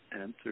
answer